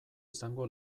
izango